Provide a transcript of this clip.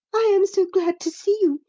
i am so glad to see you,